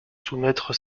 soumettre